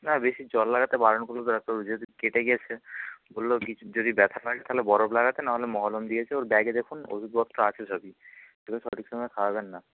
না বেশি জল লাগাতে বারন করল তো ডাক্তারবাবু যেহেতু কেটে গিয়েছে বলল কী যদি ব্যথা তাহলে বরফ লাগাতে না হলে মলম দিয়েছে ওর ব্যাগে দেখুন ওষুধ বক্সটা আছে সবই সঠিক সময়ে খাওয়াবেন না